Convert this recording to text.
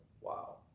Wow